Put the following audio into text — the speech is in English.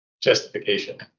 justification